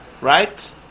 right